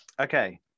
Okay